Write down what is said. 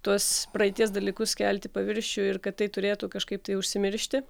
tuos praeities dalykus kelt į paviršių ir kad tai turėtų kažkaip tai užsimiršti